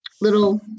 little